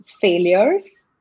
failures